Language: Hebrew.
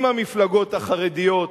עם המפלגות החרדיות.